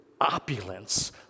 opulence